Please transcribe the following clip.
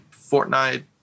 Fortnite